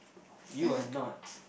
you are not